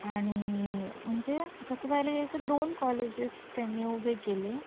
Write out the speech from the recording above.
आणि म्हणजे तसं पाहायला गेलं तर दोन कॉलेजेस त्यांनी उभे केले